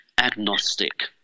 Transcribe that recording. agnostic